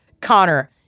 Connor